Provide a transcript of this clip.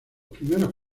primeros